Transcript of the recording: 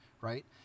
right